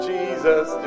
Jesus